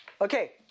Okay